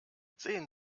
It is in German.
sehen